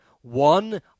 one